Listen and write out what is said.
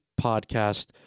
podcast